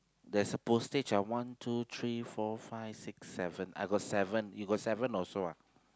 there's a postage of one two three four five six seven I got seven you got seven also ah